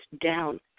down